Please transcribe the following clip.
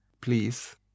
Please